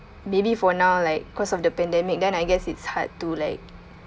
maybe for now like cause of the pandemic then I guess it's hard to like